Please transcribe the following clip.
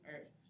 earth